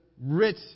rich